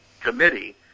committee